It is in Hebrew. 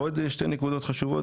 עוד שתי נקודות חשובות,